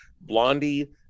Blondie